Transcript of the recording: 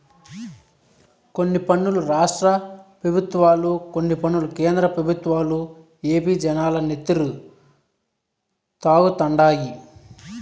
కొన్ని పన్నులు రాష్ట్ర పెబుత్వాలు, కొన్ని పన్నులు కేంద్ర పెబుత్వాలు ఏపీ జనాల నెత్తురు తాగుతండాయి